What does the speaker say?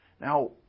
Now